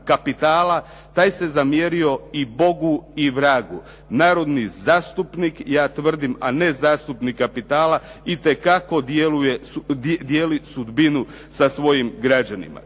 taj se zamjerio i Bogu i vragu. Narodni zastupnik ja tvrdim, a ne zastupnik kapitala itekako dijeli sudbinu sa svojim građanima.